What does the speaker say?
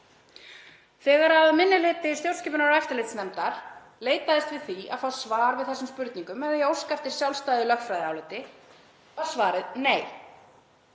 Þegar minni hluti stjórnskipunar- og eftirlitsnefndar leitaðist við því að fá svar við þessum spurningum með því að óska eftir sjálfstæðu lögfræðiáliti var svarið: Nei.